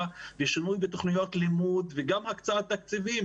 ושינוי בתוכניות לימוד וגם הקצאת תקציבים.